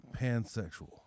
pansexual